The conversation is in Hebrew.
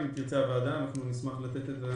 אם תרצה הוועדה, אנחנו נשמח לתת את הנתונים.